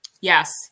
yes